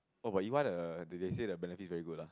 oh but E_Y the they say the benefit is very good lah